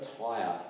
tire